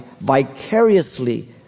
vicariously